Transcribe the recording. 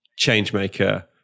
Changemaker